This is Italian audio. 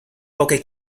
poche